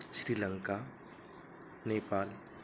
Sri Lanka Nepal